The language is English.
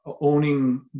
Owning